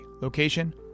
location